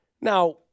Now